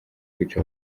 kwica